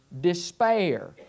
despair